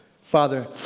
Father